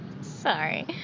Sorry